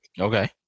Okay